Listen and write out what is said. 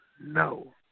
no